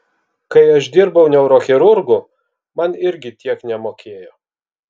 kai aš dirbau neurochirurgu man irgi tiek nemokėjo